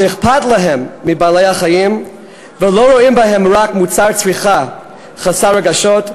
שאכפת להם מבעלי-החיים והם לא רואים בהם רק מוצר צריכה חסר רגשות,